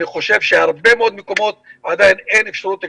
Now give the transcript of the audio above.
חושב שבהרבה מאוד מקומות עדיין אין אפשרות גלישה.